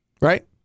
right